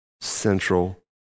central